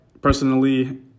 personally